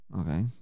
Okay